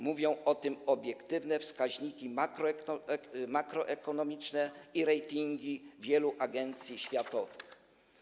Mówią o tym obiektywne wskaźniki makroekonomiczne i ratingi wielu agencji światowych.